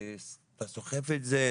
אתה סוחב את זה,